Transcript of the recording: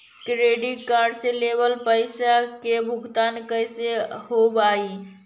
Credit card से लेवल पैसा के भुगतान कैसे होव हइ?